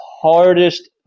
hardest